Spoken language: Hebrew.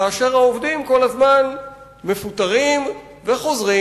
כאשר העובדים כל הזמן מפוטרים וחוזרים,